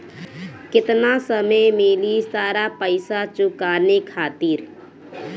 केतना समय मिली सारा पेईसा चुकाने खातिर?